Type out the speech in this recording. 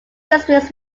districts